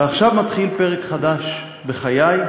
ועכשיו מתחיל פרק חדש בחיי,